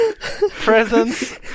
Presents